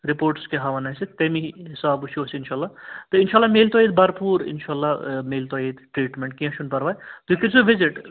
reports کیٛاہ ہاوَن اَسہِ تٔمی حسابہٕ وٕچھو أسۍ اِنشاء اللہ تہٕ اِنشاء اللہ میلہِ تۄہہِ ییٚتہِ بھرپوٗر اِنشاء اللہ میلہِ تۄہہِ ییٚتہِ ٹرٛیٖٹمٮ۪نٛٹ کیٚنٛہہ چھُنہٕ پَرواے تُہۍ کٔرۍزیو وِزِٹ